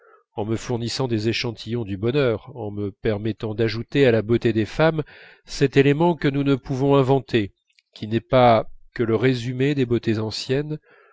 en me fournissant des échantillons du bonheur en me permettant d'ajouter à la beauté des femmes cet élément que nous ne pouvons inventer qui n'est pas que le résumé des beautés anciennes